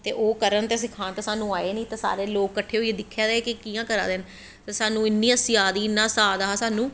ते ओह् करने ते सखान ते साह्नू आए नी ते सारे लोग कट्ठे हईयै दिक्खा दे हे कि कियां करा दे न ते साह्नू इन्नी हसी आ दी इन्ना हास्सा आ दा हा साह्नू